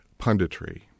punditry